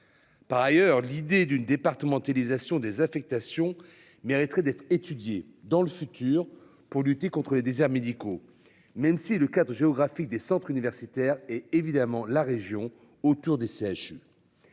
Par ailleurs, l'idée d'une départementalisation des affectations mériterait d'être étudié dans le futur pour lutter contre les déserts médicaux. Même si le cadre géographique des centres universitaires et évidemment la région autour des